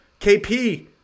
KP